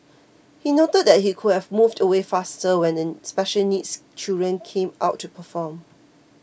he noted that he could have moved away faster when the special needs children came out to perform